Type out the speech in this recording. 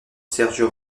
sergio